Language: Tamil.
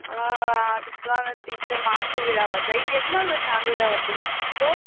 ஆ அதுக்கான திட்டம் ஆண்டு விழா வருதா இது எத்தனாவது வருஷம் ஆண்டு விழா வருது டீச்சர்